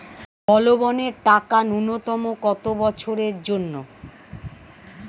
বলবনের টাকা ন্যূনতম কত বছরের জন্য?